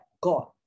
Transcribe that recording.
God